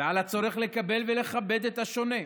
ועל הצורך לקבל ולכבד את השונה.